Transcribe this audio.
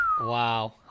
Wow